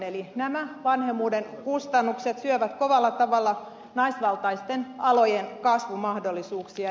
eli nämä vanhemmuuden kustannukset syövät kovalla tavalla naisvaltaisten alojen kasvumahdollisuuksia